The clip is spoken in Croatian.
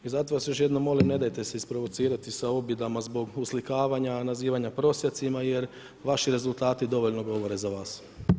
I zato vas još jednom molim, ne dajte se isprovocirati sa ... zbog uslikavanja, nazivanja prosjacima jer vaši rezultati dovoljno govore za vas.